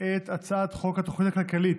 זכותי לקבל החלטה.